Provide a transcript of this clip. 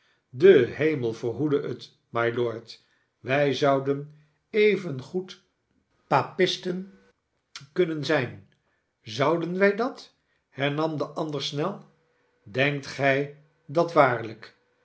de hemel verhoede het mylord wij zouden evengoed papisten kunnen zijn zouden wij dat hernam de ander snel denkt gij dat waarlijk